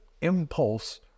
impulse